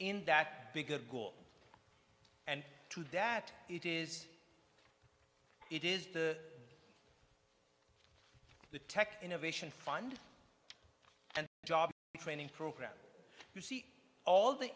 in that bigger goal and to that it is it is the the tech innovation fund and job training program you see all the